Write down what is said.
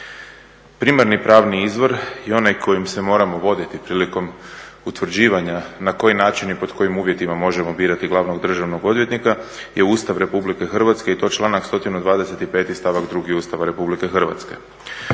primarni pravni izbor i onaj kojim se moramo voditi prilikom utvrđivanja na koji način i pod kojim uvjetima možemo birati glavnog državnog odvjetnika je Ustav Republike Hrvatske i to članak 125. stavak 2. Ustava Republike Hrvatske.